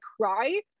cry